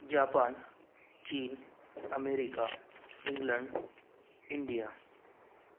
Japan China America England India